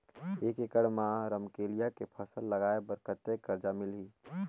एक एकड़ मा रमकेलिया के फसल लगाय बार कतेक कर्जा मिलही?